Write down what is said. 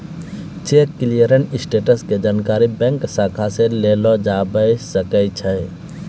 cheque clearing status के जानकारी bank शाखा से लेलो जाबै सकै छै